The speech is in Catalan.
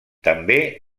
també